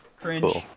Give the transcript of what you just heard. Cringe